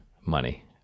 money